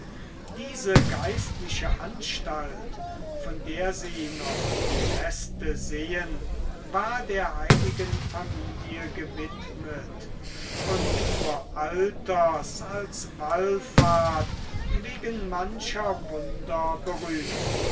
diese geistliche anstalt von der sie noch die reste sehen war der heiligen familie gewidmet und vor alters als wallfahrt wegen mancher wunder berühmt